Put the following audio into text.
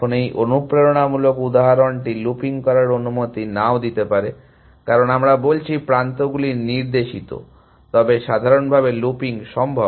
এখন এই অনুপ্রেরণামূলক উদাহরণটি লুপিং করার অনুমতি নাও দিতে পারে কারণ আমরা বলেছি প্রান্তগুলি নির্দেশিত তবে সাধারণভাবে লুপিং সম্ভব